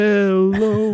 Hello